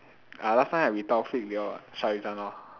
ah last time I with Taufiq they all what